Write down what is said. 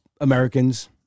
Americans